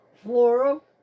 Floral